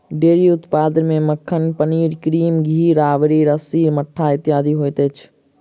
dairy उत्पाद मे मक्खन, पनीर, क्रीम, घी, राबड़ी, लस्सी, मट्ठा इत्यादि होइत अछि